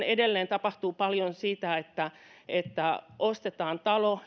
edelleen tapahtuu paljon sitä että että ostetaan talo